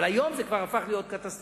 אבל היום זה כבר הפך להיות קטסטרופה.